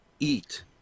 Eat